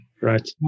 Right